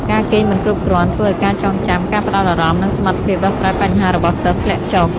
ការគេងមិនគ្រប់គ្រាន់ធ្វើឱ្យការចងចាំ ការផ្តោតអារម្មណ៍ និងសមត្ថភាពដោះស្រាយបញ្ហារបស់សិស្សធ្លាក់ចុះ។